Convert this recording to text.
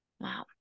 Wow